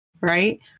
right